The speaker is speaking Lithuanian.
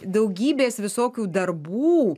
daugybės visokių darbų